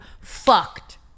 fucked